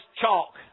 chalk